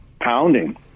pounding